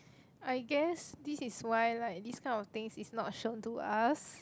I guess this is why like this kind of thing is not shown to us